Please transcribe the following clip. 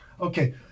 okay